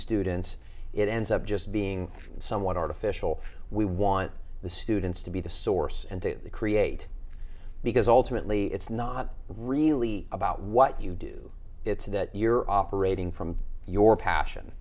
and it ends up just being somewhat artificial we want the students to be the source and to create because ultimately it's not really about what you do it's that you're operating from your passion